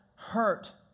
hurt